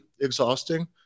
exhausting